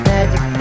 Magic